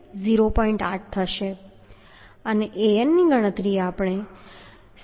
8 થશે અને An આપણે 776 ગણતરી કરી છે